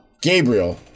Gabriel